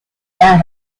data